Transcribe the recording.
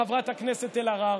חברת הכנסת אלהרר,